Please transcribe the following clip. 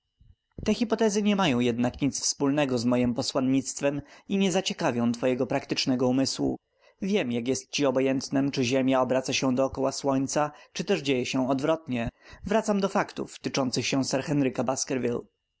te hypotezy nie mają jednak nic wspólnego z mojem posłannictwem i nie zaciekawią twojego praktycznego umysłu wiem jak ci jest obojętnem czy ziemia obraca się dokoła słońca czy też dzieje się odwrotnie wracam do faktów tyczących się sir henryka